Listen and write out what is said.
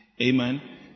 amen